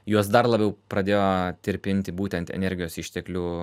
juos dar labiau pradėjo tirpinti būtent energijos išteklių